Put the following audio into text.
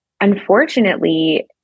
unfortunately